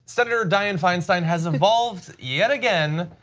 senator dianne feinstein has evolved yet again,